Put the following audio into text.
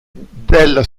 della